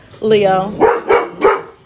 Leo